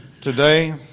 Today